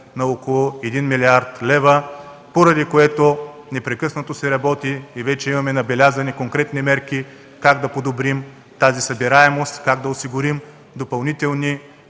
на около един милиард лева, поради което непрекъснато се работи и вече имаме набелязани конкретни мерки как да подобрим тази събираемост, как да осигурим допълнителни